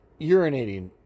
urinating